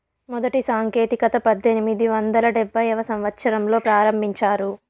మొదటి సాంకేతికత పద్దెనిమిది వందల డెబ్భైవ సంవచ్చరంలో ప్రారంభించారు